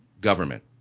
government